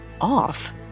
off